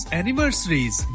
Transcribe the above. anniversaries